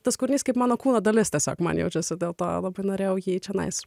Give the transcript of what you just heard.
tas kūrinys kaip mano kūno dalis tiesiog man jaučiuosi dėl to labai norėjau jį čionais